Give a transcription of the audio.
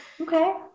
Okay